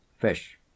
fish